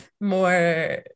more